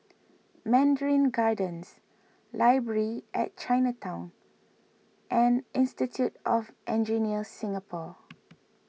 Mandarin Gardens Library at Chinatown and Institute of Engineers Singapore